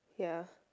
ya